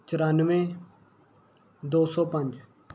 ਚੁਰਾਨਵੇਂ ਦੋ ਸੌ ਪੰਜ